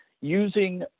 using